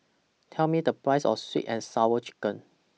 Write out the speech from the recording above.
Tell Me The Price of Sweet and Sour Chicken